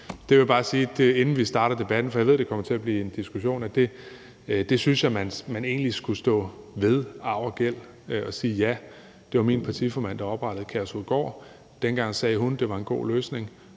Det vil jeg bare sige, inden vi starter debatten, for jeg ved, det kommer til at blive en diskussion. Jeg synes, man egentlig skulle stå ved arv og gæld og sige, at ja, det var min partiformand, der oprettede Kærshovedgård, at dengang sagde hun, det var en god løsning,